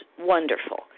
wonderful